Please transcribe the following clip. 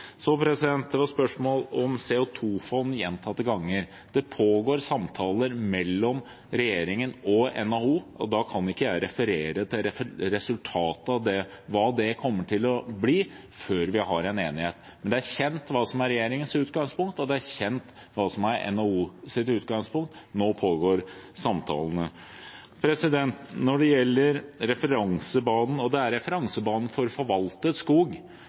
Så var det gjentatte ganger spørsmål om CO 2 -fond. Det pågår samtaler mellom regjeringen og NHO, og da kan jeg ikke referere til resultatet av det, hva det kommer til å bli, før vi har en enighet. Men det er kjent hva som er regjeringens utgangspunkt, og det er kjent hva som er NHOs utgangspunkt. Nå pågår samtalene. Når det gjelder referansebanen – og det er referansebanen for forvaltet skog